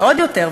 ועוד יותר,